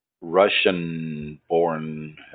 Russian-born